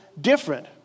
different